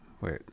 Wait